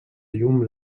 llum